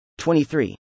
23